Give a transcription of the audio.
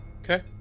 Okay